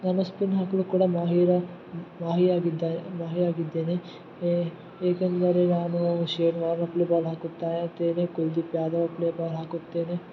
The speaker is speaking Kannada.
ನಾನು ಸ್ಪಿನ್ ಹಾಕಲು ಕೂಡ ಮಾಹಿರಾ ಮಾಹಿಯಾಗಿದ್ದಾ ಮಾಹಿಯಾಗಿದ್ದೇನೆ ಏಕೆಂದರೆ ನಾನೂ ಶೇನ್ ವಾರ್ನ್ ಪ್ಲೇ ಬಾಲ್ ಹಾಕುತ್ತಾರೆ ಕುಲ್ದೀಪ್ ಯಾದವ್ ಪ್ಲೇ ಬಾಲ್ ಹಾಕುತ್ತೇನೆ